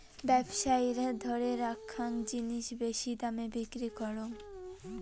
ব্যবসায়ীরা ধরে রাখ্যাং জিনিস বেশি দামে বিক্রি করং